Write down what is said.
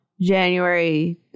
January